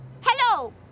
Hello